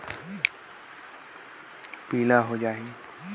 हवा म उमस कम होए ले मोर सरसो के खेती कइसे प्रभावित होही ग?